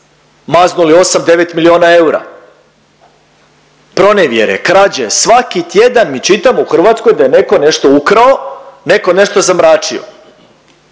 osam, devet miliona eura, pronevjere, krađe svaki tjedan mi čitamo u Hrvatskoj da je neko nešto ukrao, neko nešto zamračio.